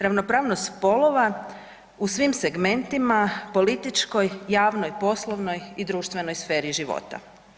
Ravnopravnost spolova u svim segmentima političkoj, javnoj, poslovnoj i društvenoj sferi života.